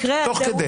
תוך כדי?